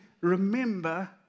remember